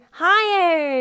higher